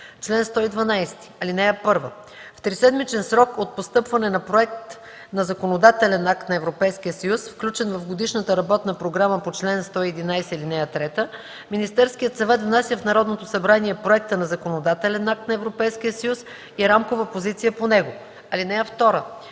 „Чл. 112. (1) В триседмичен срок от постъпване на проект на законодателен акт на Европейския съюз, включен в годишната работна програма по чл. 111, ал. 3, Министерският съвет внася в Народното събрание проекта на законодателен акт на Европейския съюз и рамкова позиция по него. (2)